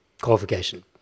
Qualification